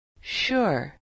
Sure